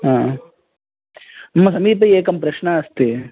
मम समीपे एकः प्रश्नः अस्ति